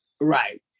Right